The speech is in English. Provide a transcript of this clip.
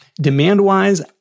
Demand-wise